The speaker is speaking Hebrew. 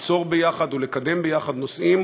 ליצור יחד ולקדם יחד נושאים.